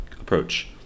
approach